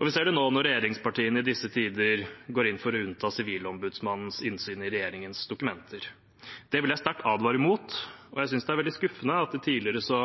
Og vi ser det nå når regjeringen i disse tider går inn for å unnta Sivilombudsmannens innsyn i regjeringens dokumenter. Det vil jeg sterkt advare mot, og jeg synes det er veldig skuffende at det tidligere så